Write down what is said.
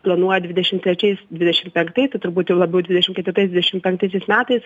planuoja dvidešim trečiais dvidešim penktais tai turbūt jau labiau dvidešim ketvirtais dvidešim penktaisiais metais